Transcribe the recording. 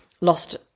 lost